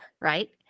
Right